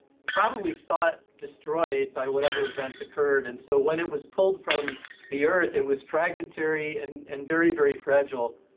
probably thought destroyed by whatever event occurred. and so when it was pulled from the earth it was fragmentary and and very, very fragile.